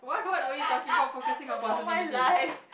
about my life